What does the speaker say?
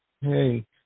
Hey